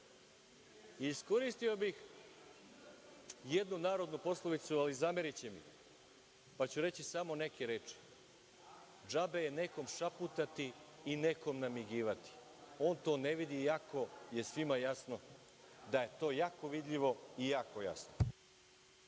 bih jednu narodnu poslovicu, ali zameriće mi, pa ću reći samo neke reči – džabe je nekom šaputati i nekom namigivati, on to ne vidi, iako je svima jasno da je to jako vidljivo i jako jasno.